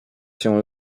się